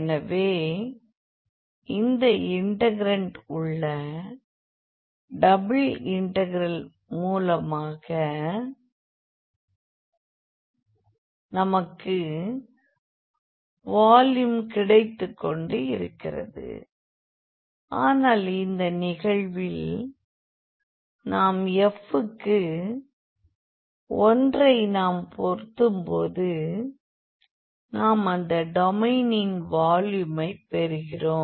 எனவே இந்த இன்டெக்ரன்ட் உள்ள டபுள் இன்டெக்ரல் மூலமாக நமக்கு வால்யூம் கிடைத்துக்கொண்டு இருக்கிறது ஆனால் இந்த நிகழ்வில் நாம் f க்கு 1 ஐ நாம் பொருத்தும் போது நாம் இந்த டொமைனின் வால்யூமை பெறுகிறோம்